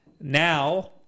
Now